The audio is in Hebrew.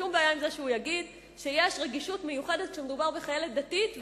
יגיד שיש רגישות מיוחדת כשמדובר בחיילת דתית,